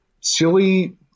silly